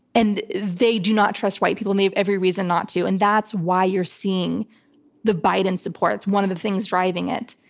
and they do not trust white people and have every reason not to. and that's why you're seeing the biden support. it's one of the things driving it.